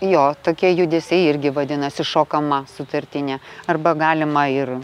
jo tokie judesiai irgi vadinasi šokama sutartinė arba galima ir